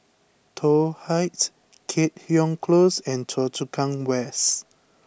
Toh Heights Keat Hong Close and Choa Chu Kang West